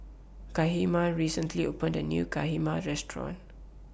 Tabetha recently opened A New Kheema Restaurant